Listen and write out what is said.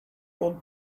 old